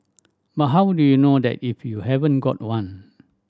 but how do you know that if you haven't got one